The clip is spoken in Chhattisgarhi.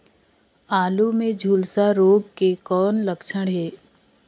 आलू मे झुलसा रोग के कौन लक्षण हे?